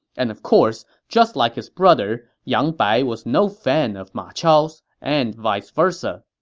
and of course, just like his brother, yang bai was no fan of ma chao's, and vice versa.